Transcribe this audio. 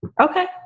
Okay